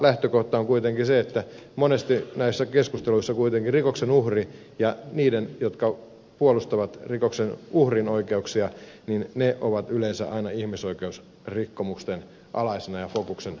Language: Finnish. lähtökohta on se että monesti näissä keskusteluissa rikoksen uhri ja ne jotka puolustavat rikoksen uhrin oikeuksia ovat yleensä aina ihmisoikeusrikkomusten alaisina ja fokuksen alla